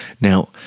Now